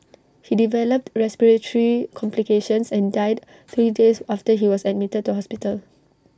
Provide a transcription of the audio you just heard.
he developed respiratory complications and died three days after he was admitted to hospital